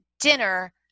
dinner